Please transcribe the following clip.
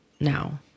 now